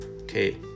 Okay